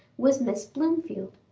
was miss blomefield.